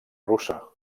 russa